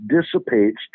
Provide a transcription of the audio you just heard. dissipates